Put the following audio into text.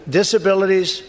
disabilities